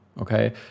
Okay